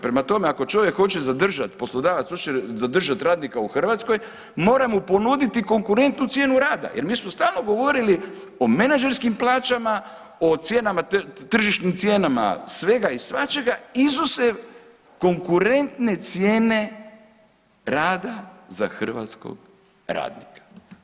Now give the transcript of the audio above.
Prema tome, ako čovjek hoće zadržat, poslodavac hoće zadržat radnika u Hrvatskoj mora mu ponuditi konkurentnu cijenu rada jel mi smo stalno govorili o menadžerskim plaćama o tržišnim cijenama svega i svačega izuzev konkurentne cijene rada za hrvatskog radnika.